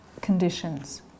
conditions